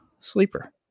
sleeper